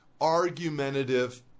argumentative